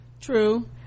True